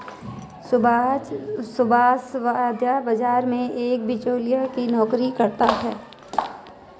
सुभाष वायदा बाजार में एक बीचोलिया की नौकरी करता है